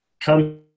come